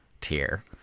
tier